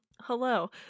Hello